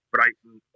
Brighton